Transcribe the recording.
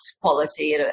quality